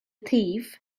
thief